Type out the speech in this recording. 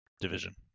division